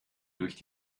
durch